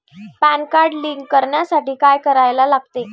Pan card link करण्यासाठी काय करायला लागते?